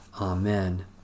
Amen